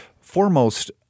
foremost